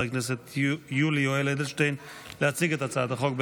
הכנסת יולי יואל אדלשטיין להציג את הצעת החוק.